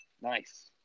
Nice